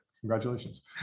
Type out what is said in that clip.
Congratulations